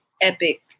epic